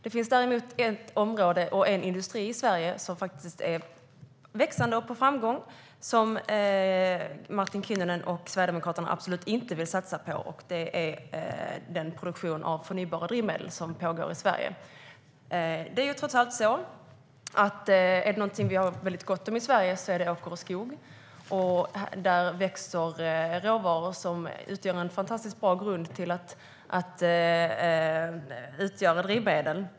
Det finns ett område och en industri i Sverige som är växande och har framgång, som Martin Kinnunen och Sverigedemokraterna absolut inte vill satsa på, och det är den produktion av förnybara drivmedel som pågår i Sverige. Är det någonting som vi har gott om i Sverige är det åker och skog. Där växer råvaror som utgör en fantastiskt bra grund för att producera drivmedel.